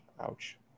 ouch